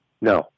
No